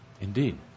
Indeed